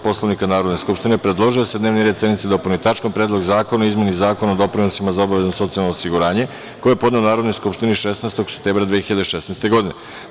Poslovnika Narodne skupštine, predložio je da se dnevni red sednice dopuni tačkom – Predlog zakona o izmeni Zakona o doprinosima za obavezno socijalno osiguranje, koji je podneo Narodnoj skupštini 16. septembra 2016. godine.